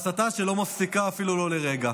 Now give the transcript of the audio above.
הסתה שלא מפסיקה אפילו לא לרגע,